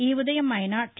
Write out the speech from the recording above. ఈ ఉదయం ఆయన టీ